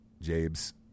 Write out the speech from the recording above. Jabe's